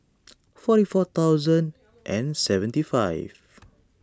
forty four thousand and seventy five